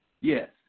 Yes